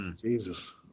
Jesus